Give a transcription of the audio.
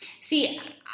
see